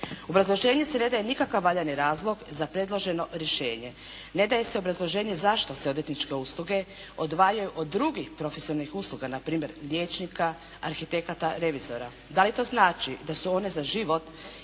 obrazloženju se ne daje nikakav valjani razlog za predloženo rješenje. Ne daje se obrazloženje zašto se odvjetničke usluge odvajaju od drugih profesionalnih usluga npr. liječnika, arhitekata, revizora. Da li to znači da su one za život